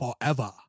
forever